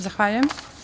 Zahvaljujem.